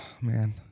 man